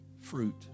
fruit